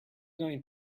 going